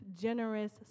generous